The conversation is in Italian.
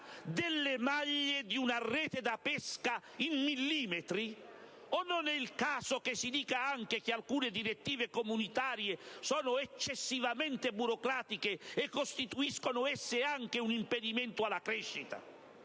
delle maglie di una rete da pesca? O non è il caso che si dica anche che alcune direttive comunitarie sono eccessivamente burocratiche e costituiscono esse anche un impedimento alla crescita?